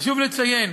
חשוב לציין